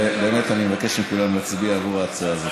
ובאמת אני מבקש מכולם להצביע עבור ההצעה הזאת.